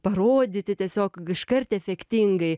parodyti tiesiog iškart efektingai